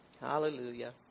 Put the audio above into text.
Hallelujah